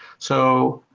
so